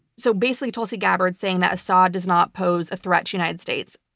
so basically, tulsi gabbard saying that assad does not pose a threat to united states.